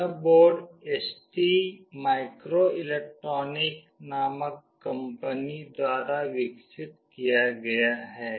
यह board ST microelectronic नामक company द्वारा विकसित किया गया है